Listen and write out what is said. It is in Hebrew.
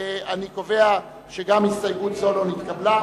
אני קובע שההסתייגות של סוייד וטיבי לא נתקבלה.